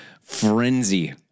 frenzy